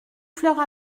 fleurs